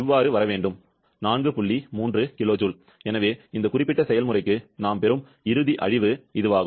3 kJ எனவே இந்த குறிப்பிட்ட செயல்முறைக்கு நாம் பெறும் இறுதி அழிவு அழிவு இதுவாகும்